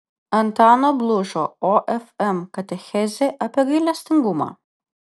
antano blužo ofm katechezė apie gailestingumą